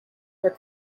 her